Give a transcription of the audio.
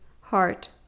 Heart